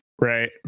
Right